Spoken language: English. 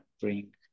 bring